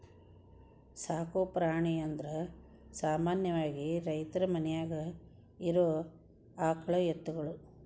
ಸಾಕು ಪ್ರಾಣಿ ಅಂದರ ಸಾಮಾನ್ಯವಾಗಿ ರೈತರ ಮನ್ಯಾಗ ಇರು ಆಕಳ ಎತ್ತುಗಳು